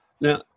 now